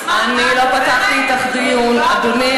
על סמך מה את אומרת שמדובר,